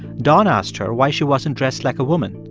don asked her why she wasn't dressed like a woman.